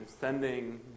sending